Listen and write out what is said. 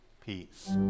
peace